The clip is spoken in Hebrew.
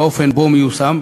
באופן שבו הוא מיושם,